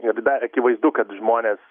ir dar akivaizdu kad žmonės